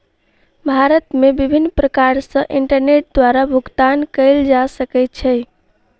भारत मे विभिन्न प्रकार सॅ इंटरनेट द्वारा भुगतान कयल जा सकै छै